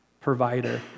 provider